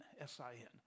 S-I-N